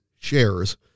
shares